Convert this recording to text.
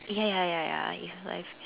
ya ya ya ya if life